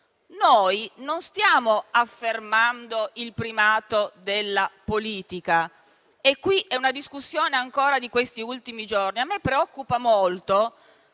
noi non stiamo affermando il primato della politica. È una discussione di questi ultimi giorni: a me preoccupa molto